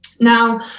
now